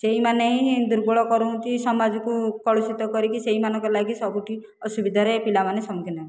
ସେହିମାନେ ହିଁ ଦୁର୍ବଳ କରୁଛନ୍ତି ସମାଜକୁ କଳୁଷିତ କରିକି ସେହିମାନଙ୍କ ଲାଗି ସବୁଠି ଅସୁବିଧାରେ ପିଲାମାନେ ସମ୍ମୁଖୀନ